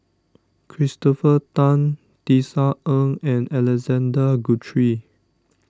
Christopher Tan Tisa Ng and Alexander Guthrie